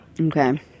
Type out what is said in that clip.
okay